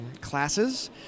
classes